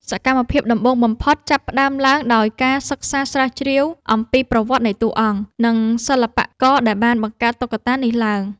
សកម្មភាពដំបូងបំផុតចាប់ផ្ដើមឡើងដោយការសិក្សាស្រាវជ្រាវអំពីប្រវត្តិនៃតួអង្គ និងសិល្បករដែលបានបង្កើតតុក្កតានោះឡើង។